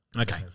Okay